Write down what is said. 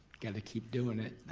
gotta keep doin' it,